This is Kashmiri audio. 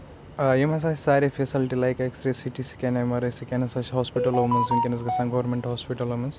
آ یِم ہسا چھِ سارے facility like X ray C T scan M R آیۍ سکین ہسا چھِ ہاسپِٹلن منٛز ؤنکیٚنس گژھان گورمیٚنٹ ہاسپِٹلن منٛز